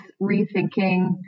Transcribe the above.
rethinking